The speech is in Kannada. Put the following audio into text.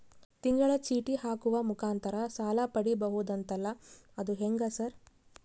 ತಿಂಗಳ ಚೇಟಿ ಹಾಕುವ ಮುಖಾಂತರ ಸಾಲ ಪಡಿಬಹುದಂತಲ ಅದು ಹೆಂಗ ಸರ್?